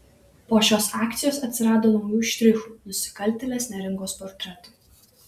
po šios akcijos atsirado naujų štrichų nusikaltėlės neringos portretui